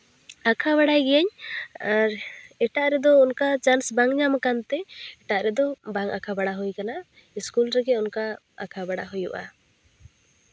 ᱟᱸᱠᱟᱣ ᱵᱟᱲᱟᱭ ᱜᱤᱭᱟᱹᱧ ᱟᱨ ᱮᱴᱟᱜ ᱨᱮᱫᱚ ᱚᱱᱠᱟ ᱪᱟᱱᱥ ᱵᱟᱝ ᱧᱟᱢ ᱠᱟᱱᱛᱮ ᱮᱴᱟᱜ ᱨᱮᱫᱚ ᱵᱟᱝ ᱟᱸᱠᱟᱣ ᱵᱟᱲᱟ ᱦᱩᱭ ᱠᱟᱱᱟ ᱤᱥᱠᱩᱞ ᱨᱮᱜᱮ ᱚᱱᱠᱟ ᱟᱸᱠᱟᱣ ᱵᱟᱲᱟ ᱦᱩᱭᱩᱜᱼᱟ